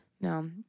No